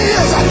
Yes